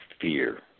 fear